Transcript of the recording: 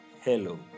Hello